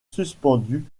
suspendu